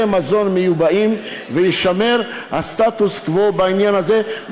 מזון מיובאים ויישמר הסטטוס-קוו בעניין הזה,